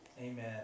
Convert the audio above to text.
Amen